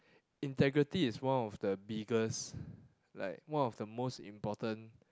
integrity is one of the biggest like one of the most important